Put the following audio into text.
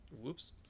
whoops